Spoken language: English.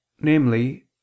namely